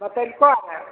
बतैलको रऽ